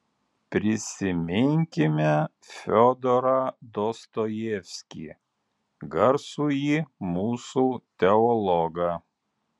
prisiminkime fiodorą dostojevskį garsųjį mūsų teologą